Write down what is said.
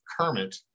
kermit